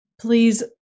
Please